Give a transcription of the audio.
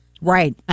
Right